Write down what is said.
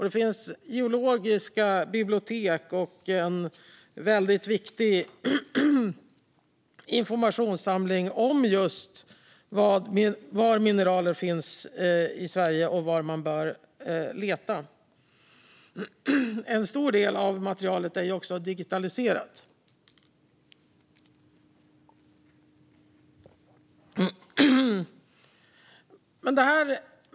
Det finns geologiska bibliotek och en väldigt viktig informationssamling om just var mineral finns i Sverige och var man bör leta. En stor del av materialet är också digitaliserat.